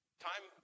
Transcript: time